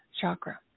chakra